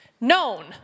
Known